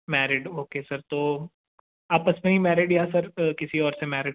married okay sir तो आपस में ही मैरिड या सर किसी और से मैरिड सर